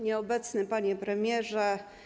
Nieobecny Panie Premierze!